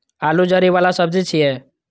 आलू जड़ि बला सब्जी छियै